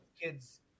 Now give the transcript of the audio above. kids